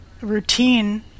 routine